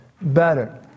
better